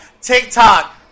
TikTok